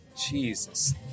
Jesus